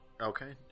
Okay